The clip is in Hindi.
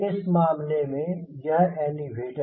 इस मामले में यह है एलीवेटर